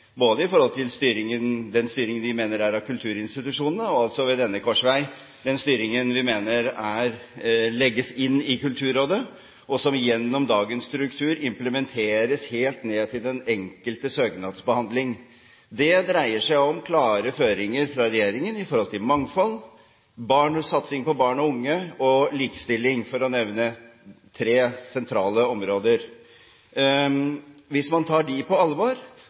både når det gjelder den styringen vi mener det er av kulturinstitusjonene, og altså, ved denne korsvei, den styringen vi mener legges inn i Kulturrådet, og som gjennom dagens struktur implementeres helt ned til den enkelte søknadsbehandling. Det dreier seg om klare føringer fra regjeringen med hensyn til mangfold, satsing på barn og unge og likestilling – for å nevne tre sentrale områder. Hvis man tar dem på alvor,